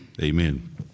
Amen